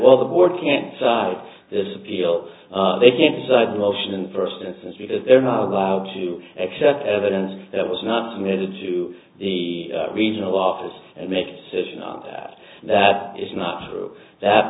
while the word can't like this appeal they can't decide motion in first instance because they're not allowed to accept evidence that was not committed to the regional office and make decision on that that is not true that